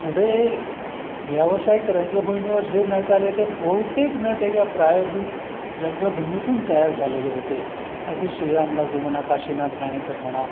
पुढे व्यावसायिक रंगभूमीवर जे नट आले ते बहुतेक नट एका प्रायोगिक रंगभूमीतून तयार झालेले होते अगदी श्रीराम लागू म्हणा काशिनाथ घाणेकर म्हणा